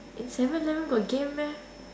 in seven eleven got game meh